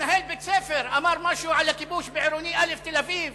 מנהל בית-ספר עירוני א' בתל-אביב